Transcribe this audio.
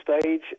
stage